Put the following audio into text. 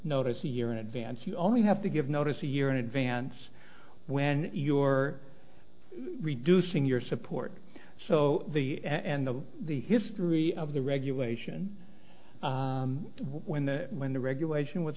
notice a year in advance you only have to give notice a year in advance when your reducing your support so the and the the history of the regulation when the when the regulation was